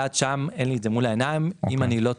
אם איני טועה,